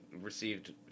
received